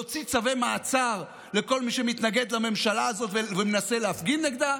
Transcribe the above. להוציא צווי מעצר לכל מי שמתנגד לממשלה הזאת ומנסה להפגין נגדה,